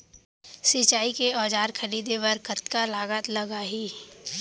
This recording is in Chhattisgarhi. सिंचाई के औजार खरीदे बर कतका लागत लागही?